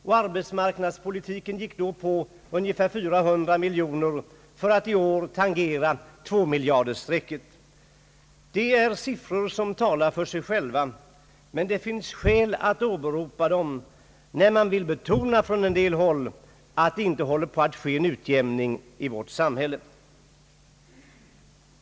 Och arbetsmarknadspolitiken gick för tio år sedan på ungefär 400 miljoner kronor för att i år tangera 2 miljardersstrecket, Det är siffror som talar för sig själva, men det finns skäl att åberopa dem när man från en del håll vill betona att det inte sker en utjämning i vårt samhälle.